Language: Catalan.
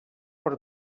per